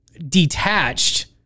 detached